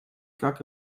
как